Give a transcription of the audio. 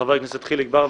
חבר הכנסת חיליק בר,